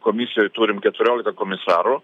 komisijoj turim keturiolika komisarų